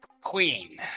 queen